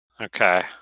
Okay